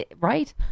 right